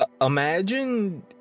Imagine